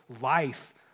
life